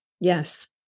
yes